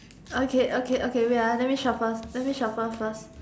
okay okay okay wait ah let me shuffle let me shuffle first